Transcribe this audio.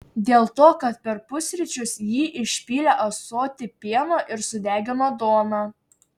dėl to kad per pusryčius ji išpylė ąsotį pieno ir sudegino duoną